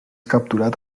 capturat